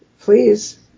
Please